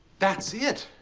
that's it.